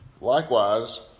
likewise